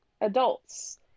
adults